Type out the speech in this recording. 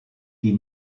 die